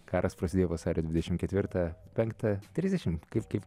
karas prasidėjo vasario dvidešim ketvirtą penktą trisdešim kaip kaip